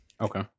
Okay